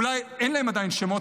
אולי עדיין אין להם שמות,